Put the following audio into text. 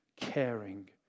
caring